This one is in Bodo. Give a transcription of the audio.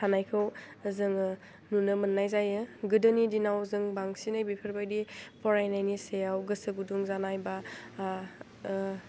थानायखौ जोङो नुनो मोन्नाय जायो गोदोनि दिनाव जों बांसिनै बेफोरबायदि फरायनायनि सायाव गोसो गुदुं जानाय बा